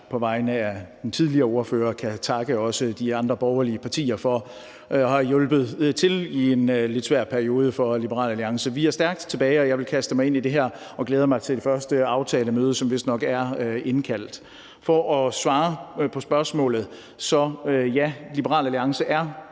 på vegne af den tidligere ordfører også kan takke de andre borgerlige partier for at have hjulpet til i en lidt svær periode for Liberal Alliance. Vi er stærkt tilbage, og jeg vil kaste mig ind i det her og glæder mig til det første aftalemøde, som der vistnok er indkaldt til. For at svare på spørgsmålet vil jeg sige, at ja, Liberal Alliance er